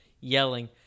yelling